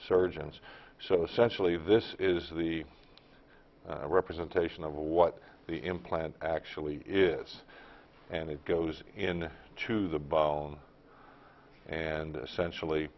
surgeons so essentially this is the representation of what the implant actually is and it goes in to the bone and essentially